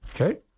Okay